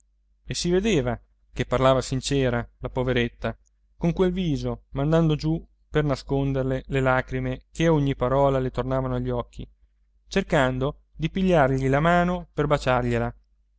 e si vedeva che parlava sincera la poveretta con quel viso mandando giù per nasconderle le lagrime che a ogni parola le tornavano agli occhi cercando di pigliargli la mano per baciargliela egli